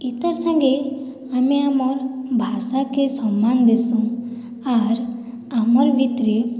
ଏଇତର ସାଙ୍ଗେ ଆମେ ଆମର ଭାଷାକେ ସମ୍ମାନ ଦେସୁଁ ଆର୍ ଆମର ଭିତରେ